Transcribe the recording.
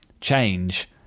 change